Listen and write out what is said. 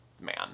man